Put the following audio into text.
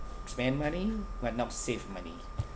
spend money but not save money